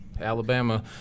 Alabama